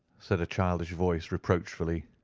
said a childish voice reproachfully.